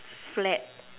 flat